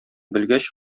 белгәч